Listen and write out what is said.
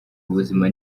ubuzima